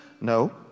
No